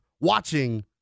watching